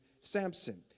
Samson